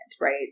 right